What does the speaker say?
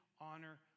honor